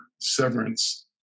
severance